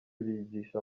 bigisha